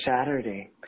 Saturday